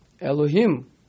Elohim